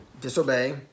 disobey